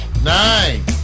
Nine